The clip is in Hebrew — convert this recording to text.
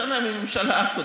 בשונה מהממשלה הקודמת,